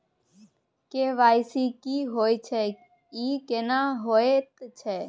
KYC की होय छै, ई केना होयत छै?